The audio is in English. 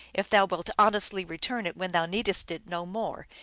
if thou wilt honestly return it when thou needest it no more.